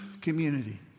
community